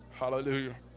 Hallelujah